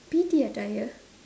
P_T attire